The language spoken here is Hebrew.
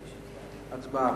הצבעה.